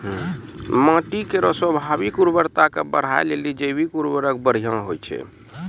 माटी केरो स्वाभाविक उर्वरता के बढ़ाय लेलि जैविक उर्वरक बढ़िया होय छै